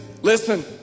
listen